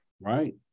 right